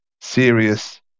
serious